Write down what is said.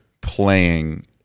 playing